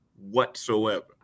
whatsoever